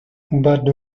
but